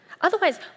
Otherwise